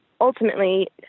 ultimately